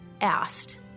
asked